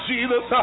Jesus